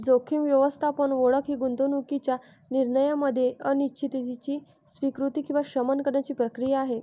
जोखीम व्यवस्थापन ओळख ही गुंतवणूकीच्या निर्णयामध्ये अनिश्चिततेची स्वीकृती किंवा शमन करण्याची प्रक्रिया आहे